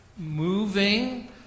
moving